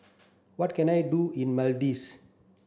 what can I do in Maldives